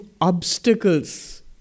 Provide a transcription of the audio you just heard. obstacles